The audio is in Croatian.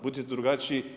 Budite drugačiji.